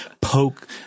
poke